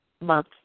month